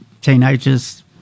teenagers